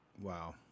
wow